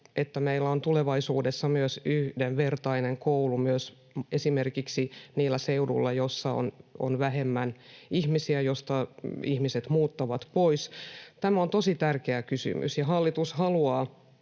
että meillä on myös tulevaisuudessa yhdenvertainen koulu myös esimerkiksi niillä seuduilla, joilla on vähemmän ihmisiä ja joilta ihmiset muuttavat pois. Tämä on tosi tärkeä kysymys. Hallitus haluaa